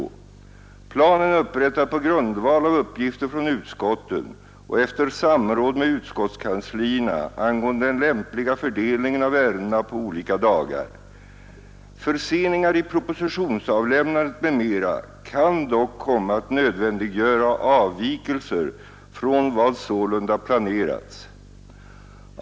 Planen är upprättad på grundval av uppgifter från utskotten och efter samråd med utskottskanslierna angående den lämpliga fördelningen av ärendena på olika dagar. Förseningar i propositionsavlämnandet m.m. kan dock komma att nödvändiggöra avvikelser från vad sålunda planerats.